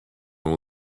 all